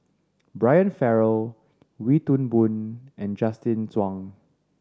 Brian Farrell Wee Toon Boon and Justin Zhuang